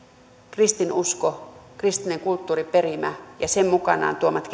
kristinusko kristillinen kulttuuriperimä ja sen mukanaan tuomat